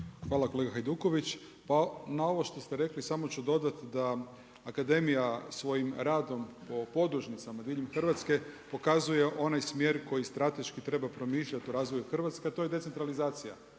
Hvala. Kolega Hajduković, pa na ovo što ste rekli samo ću dodati da akademija svojim radom podružnica diljem Hrvatske, pokazuje onaj smjer koji strateški treba promišljati o razvoju Hrvatske a to je decentralizacija.